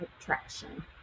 attraction